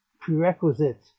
prerequisite